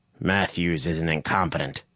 matthews is an incompetent,